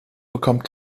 bekommt